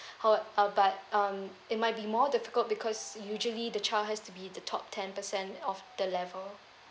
how~ uh but um it might be more difficult because usually the child has to be the top ten percent of the level